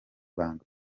banga